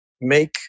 make